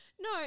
no